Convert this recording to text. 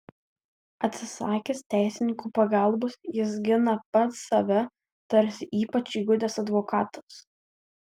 atsisakęs teisininkų pagalbos jis gina pats save tarsi ypač įgudęs advokatas